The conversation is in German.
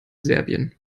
serbien